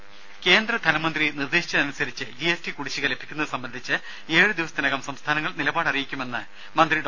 ദുദ കേന്ദ്രധനമന്ത്രി നിർദ്ദേശിച്ചതനുസരിച്ച് G S T കുടിശ്ശിക ലഭിക്കുന്നത് സംബന്ധിച്ച് ഏഴ് ദിവസത്തിനകം സംസ്ഥാനങ്ങൾ നിലപാടറിയിക്കുമെന്ന് മന്ത്രി ഡോ